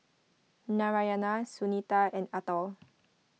Narayana Sunita and Atal